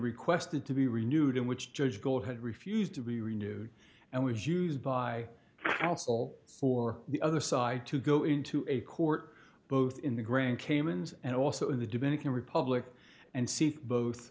requested to be renewed in which judge gold had refused to be renewed and was used by counsel for the other side to go into a court both in the grand caymans and also in the dominican republic and seek both